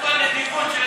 איפה הנדיבות של